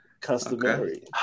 Customary